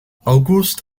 august